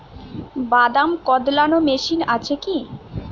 বাদাম কদলানো মেশিন আছেকি?